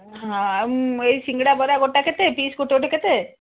ହଁ ଆଉ ଏଇ ସିଙ୍ଗଡ଼ା ବରା ଗୋଟା କେତେ ପିସ୍ ଗୋଟେ ଗୋଟେ କେତେ